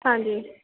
ਹਾਂਜੀ